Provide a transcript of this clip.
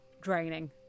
draining